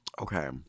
Okay